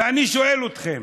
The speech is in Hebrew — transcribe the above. ואני שואל אתכם: